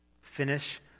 finish